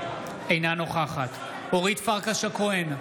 אינה נוכחת אורית פרקש הכהן,